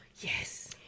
Yes